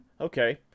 okay